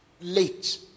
late